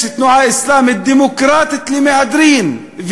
יש תנועה אסלאמית דמוקרטית למהדרין,